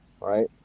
Right